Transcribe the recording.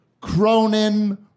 Cronin